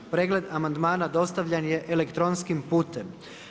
Pregled amandmana dostavljen je elektronskim putem.